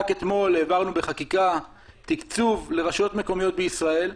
רק אתמול העברנו בחקיקה תקצוב לרשויות מקומיות בישראל,